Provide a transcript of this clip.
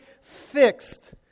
fixed